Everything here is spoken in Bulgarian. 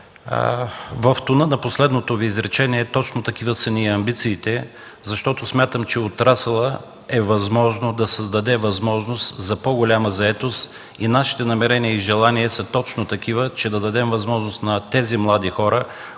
в тона на последното Ви изречение – точно такива са ни амбициите. Смятам, че е възможно отрасълът да създаде възможност за по-голяма заетост и нашите намерения и желания са точно такива – да дадем възможност на тези млади хора,